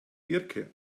diercke